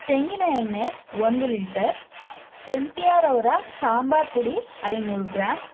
ತೆಂಗಿನ ಎಣ್ಣೆ ಒಂದು ಲೀಟರ್ ಎಮ್ ಟಿ ಆರ್ ಅವರ ಸಾಂಬಾರ್ ಪುಡಿ ಐನೂರು ಗ್ರಾಮ್